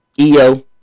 EO